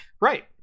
Right